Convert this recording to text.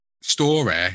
story